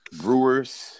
Brewers